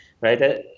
right